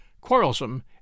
quarrelsome